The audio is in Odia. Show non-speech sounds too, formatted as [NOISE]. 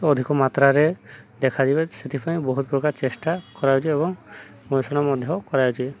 ଅଧିକ ମାତ୍ରାରେ ଦେଖାଯିବେ ସେଥିପାଇଁ ବହୁତ ପ୍ରକାର ଚେଷ୍ଟା କରାଯାଉଛି ଏବଂ [UNINTELLIGIBLE] ମଧ୍ୟ କରାଯାଉଛି